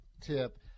tip